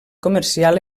comercial